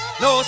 no